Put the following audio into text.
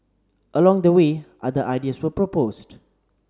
along the way other ideas were proposed